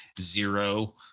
zero